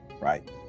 right